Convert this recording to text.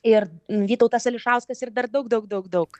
ir vytautas ališauskas ir dar daug daug daug daug